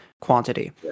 quantity